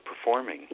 performing